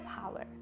power